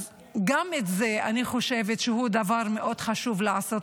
אז אני חושבת שגם זה דבר מאוד חשוב לעשות